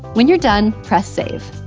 when you're done, press save.